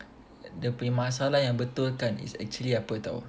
dia punya masalah yang betul kan is actually apa [tau]